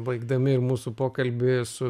baigdami ir mūsų pokalbį su